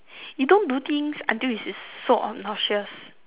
you don't do things until is so obnoxious